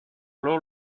alors